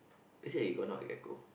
is it iguana or gecko